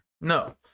no